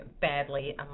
badly